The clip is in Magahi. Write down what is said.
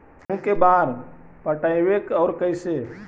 गेहूं के बार पटैबए और कैसे?